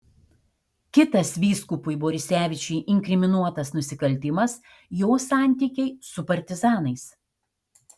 kitas vyskupui borisevičiui inkriminuotas nusikaltimas jo santykiai su partizanais